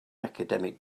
academic